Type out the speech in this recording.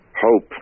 hope